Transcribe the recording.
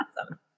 awesome